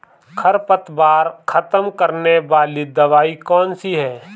खरपतवार खत्म करने वाली दवाई कौन सी है?